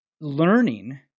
learning